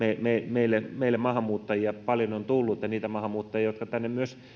meille meille maahanmuuttajia paljon on tullut ja niitä maahanmuuttajia jotka tänne myös